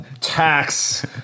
tax